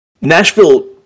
Nashville